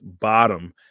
bottom